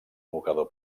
mocador